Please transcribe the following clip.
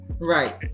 Right